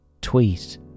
tweet